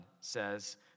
says